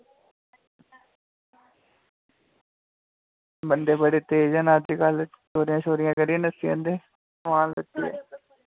बंदे बड़े तेज़ न अज्जकल चोरियां करियै नस्सी जंदे सामान लेइयै